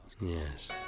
yes